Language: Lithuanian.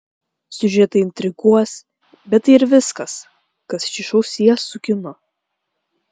siužetai intriguos bet tai ir viskas kas šį šou sies su kinu